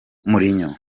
mourinho